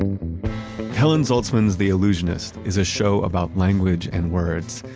helen zaltzman's the allusionist is a show about language and words.